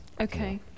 Okay